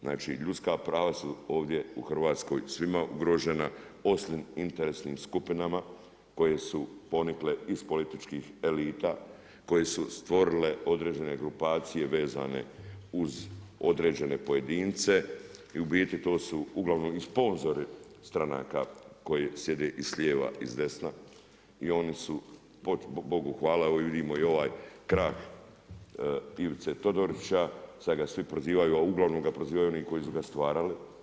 Znači, ljudska prava su ovdje u Hrvatskoj svima ugrožena osim interesnim skupinama koje su ponikle iz političkih elita, koje su stvorile određene grupacije vezane uz određene pojedince i u biti to su uglavnom i sponzori stranaka koji sjede i s lijeva i s desna i oni su, Bogu hvala vidimo i ovaj krah Ivice Todorića, sad ga svi prozivaju a uglavnom ga prozivaju oni koji su ga stvarali.